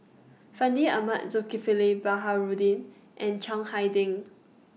Fandi Ahmad Zulkifli Baharudin and Chiang Hai Ding